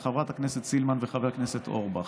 של חברת הכנסת סילמן וחבר הכנסת אורבך,